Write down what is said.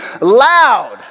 loud